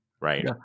right